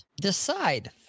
Decide